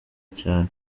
cyane